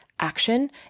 action